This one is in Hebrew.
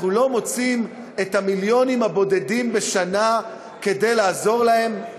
אנחנו לא מוצאים את המיליונים הבודדים בשנה כדי לעזור להם?